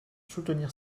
soutenir